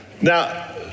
Now